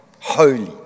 holy